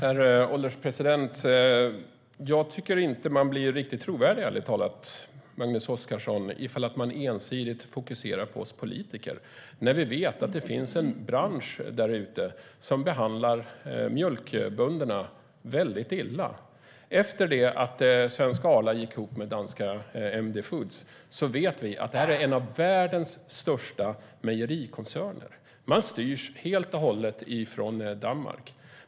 Herr ålderspresident! Jag tycker ärligt talat att man inte blir riktigt trovärdig, Magnus Oscarsson, ifall man ensidigt fokuserar på oss politiker när vi vet att det finns en bransch därute som behandlar mjölkbönderna väldigt illa. Efter det att svenska Arla gick ihop med danska MD Foods är det en av världens största mejerikoncerner. Den styrs helt och hållet från Danmark.